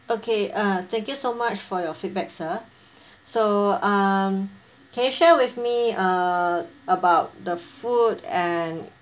okay ah thank you so much for your feedback sir so um can you share with me uh about the food and